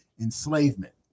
enslavement